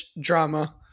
drama